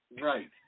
Right